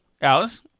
Alice